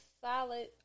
solid